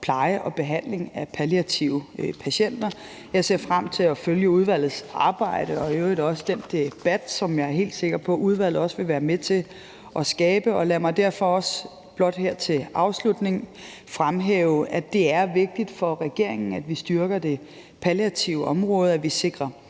pleje og behandling af palliative patienter. Jeg ser frem til at følge udvalgets arbejde og i øvrigt også den debat, som jeg er helt sikker på udvalget også vil være med til at skabe. Lad mig derfor også her afslutningsvis fremhæve, at det er vigtigt for regeringen, at vi styrker det palliative område; at vi sikrer